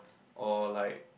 or like